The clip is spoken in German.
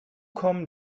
kommen